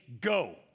go